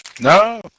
no